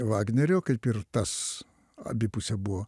vagnerio kaip ir tas abipusė buvo